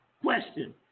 Question